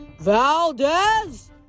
Valdez